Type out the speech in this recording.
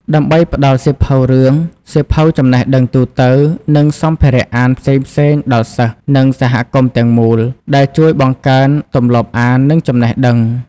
ដើម្បីផ្តល់សៀវភៅរឿង សៀវភៅចំណេះដឹងទូទៅ និងសម្ភារៈអានផ្សេងៗដល់សិស្ស និងសហគមន៍ទាំងមូល ដែលជួយបង្កើនទម្លាប់អាន និងចំណេះដឹង។